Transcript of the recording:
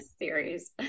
series